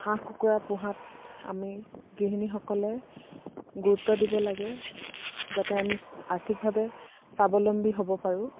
হাঁহ কুকুৰা পোহাত আমি গৃহিণীসকলে গুৰুত্ব দিব লাগে যাতে আমি আৰ্থিকভাৱে স্বাৱলম্বী হ'ব পাৰো